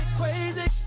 crazy